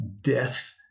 Death